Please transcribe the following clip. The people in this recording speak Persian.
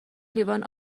لیوان